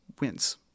wins